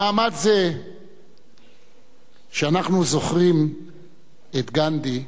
במעמד זה שאנחנו זוכרים את גנדי,